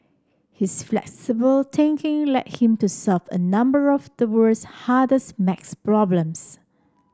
his flexible thinking led him to solve a number of the world's hardest maths problems